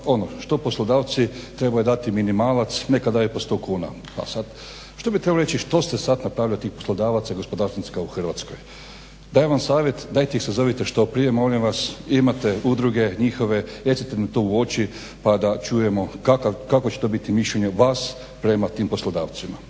ono što poslodavci trebaju dati minimalac, neka daju po 100 kuna. Pa sad što bi trebalo reći što ste sad napravili od tih poslodavaca i gospodarstvenika u Hrvatskoj? Dajem vam savjet dajte ih sazovite što prije molim vas, imate udruge njihove, recite im to u oči pa da čujemo kakvo će to biti mišljenje vas prema tim poslodavcima.